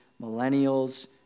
millennials